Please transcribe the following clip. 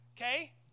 okay